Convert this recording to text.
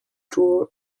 tour